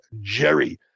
Jerry